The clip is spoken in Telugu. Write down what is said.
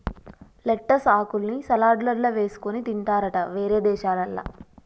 లెట్టస్ ఆకుల్ని సలాడ్లల్ల వేసుకొని తింటారట వేరే దేశాలల్ల